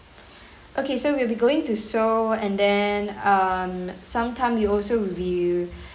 okay so we'll be going to seoul and then um sometime we also will